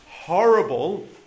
horrible